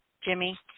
Jimmy